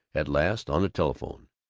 at last, on the telephone,